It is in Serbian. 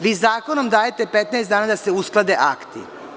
Vi zakonom dajete 15 dana da se usklade akti.